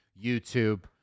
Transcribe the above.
YouTube